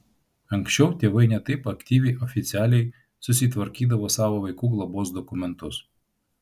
anksčiau tėvai ne taip aktyviai oficialiai susitvarkydavo savo vaikų globos dokumentus